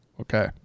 Okay